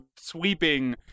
sweeping